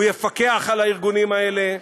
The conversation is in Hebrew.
הוא יפקח על הארגונים האלה,